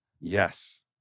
yes